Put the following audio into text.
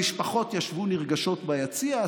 המשפחות ישבו נרגשות ביציע,